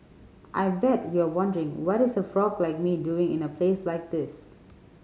I bet you're wondering what is a frog like me doing in a place like this